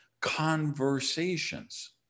conversations